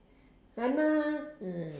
!hanna! ah